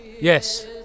Yes